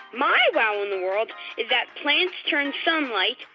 my wow in the world is that plants turn sunlight,